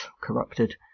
corrupted